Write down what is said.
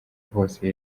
hose